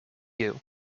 you